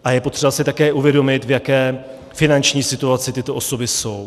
A je potřeba si také uvědomit, v jaké finanční situaci tyto osoby jsou.